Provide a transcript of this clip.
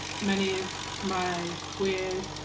many of my queer,